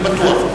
אני בטוח.